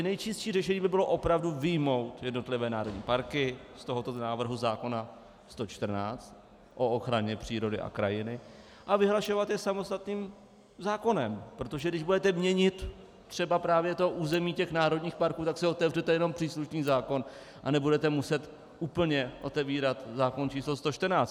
Nejčistší řešení by bylo opravdu vyjmout jednotlivé národní parky z tohoto návrhu zákona 114 o ochraně přírody a krajiny a vyhlašovat je samostatným zákonem, protože když budete měnit třeba právě to území těch národních parků, tak si otevřete jenom příslušný zákon a nebudete muset úplně otevírat zákon číslo 114.